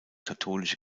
katholische